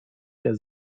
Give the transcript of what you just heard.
der